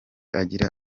agira